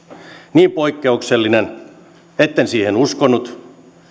niin poikkeuksellinen etten siihen uskonut